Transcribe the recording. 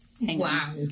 wow